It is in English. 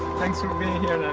thanks for being here,